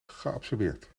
geabsorbeerd